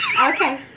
okay